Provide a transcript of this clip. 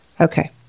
Okay